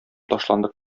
ташландык